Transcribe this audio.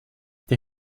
der